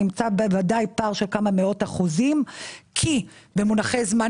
נמצא בוודאי פער של כמה מאות אחוזים כי במונחי זמן